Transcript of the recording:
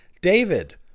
David